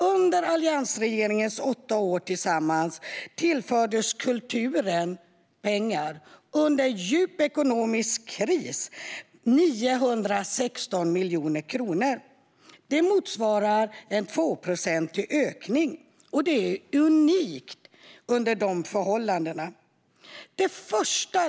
Under alliansregeringens åtta år tillfördes kulturen under djup ekonomisk kris 916 miljoner kronor. Det motsvarar en tvåprocentig ökning, och det är unikt under sådana förhållanden. Herr talman!